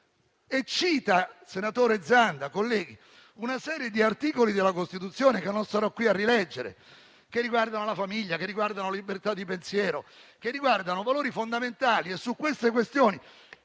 e cita, senatore Zanda e colleghi, una serie di articoli della Costituzione che non starò qui a rileggere e che riguardano la famiglia, la libertà di pensiero e valori fondamentali. Tali questioni